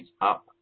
up